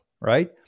right